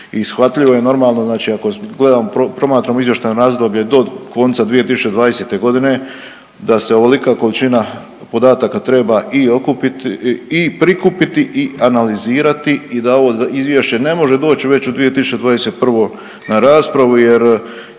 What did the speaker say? I shvatljivo je normalno ako gledamo promatramo izvještajno razdoblje do konca 2020.g. da se ovolika količina podataka treba i okupit i prikupiti i analizirati i da ovo izvješće ne može doć već u 2021. na raspravu jel